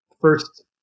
first